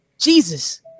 Jesus